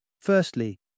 Firstly